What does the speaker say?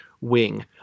Wing